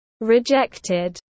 rejected